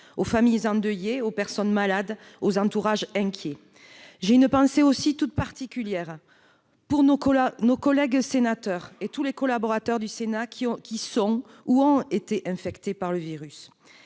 les familles endeuillées, les personnes malades, les entourages inquiets. J'ai une pensée particulière aussi pour nos collègues sénateurs et tous les collaborateurs du Sénat qui sont ou ont été infectés par le virus.